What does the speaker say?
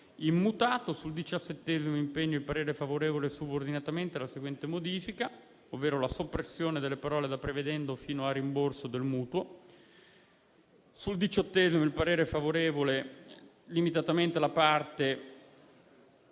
immutato. Sul diciassettesimo impegno il parere è favorevole subordinatamente all'accoglimento della soppressione delle parole da «prevedendo» fino a «rimborso del mutuo». Sul diciottesimo punto il è parere favorevole limitatamente alla prima